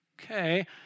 okay